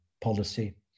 policy